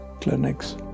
clinics